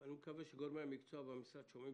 אני מקווה שגורמי המקצוע במשרד שומעים